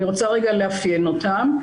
אני רוצה לאפיין אותם.